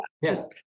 Yes